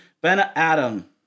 ben-adam